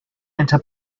into